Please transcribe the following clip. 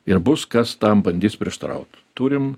ir bus kas tam bandys prieštaraut turim